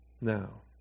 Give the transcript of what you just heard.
Now